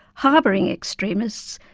harbouring extremists,